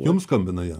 jum skambina jie